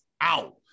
out